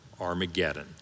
Armageddon